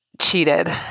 cheated